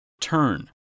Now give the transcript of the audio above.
Turn